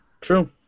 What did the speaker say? True